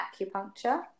acupuncture